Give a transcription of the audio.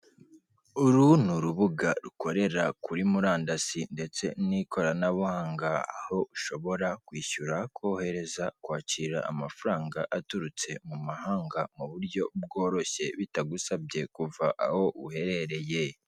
Uru n'urubuga rukorera kuri murandasi ndetse n'ikoranabuhanga, aho ushobora kwishyura, kohereza, kwakira amafaranga aturutse mu mahanga muburyo bworoshye bitagusabye kuva aho uherereye.